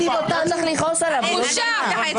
אתה לא צריך לכעוס עליו, הוא לא שמע.